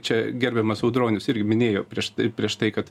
čia gerbiamas audronius irgi minėjo prieš tai prieš tai kad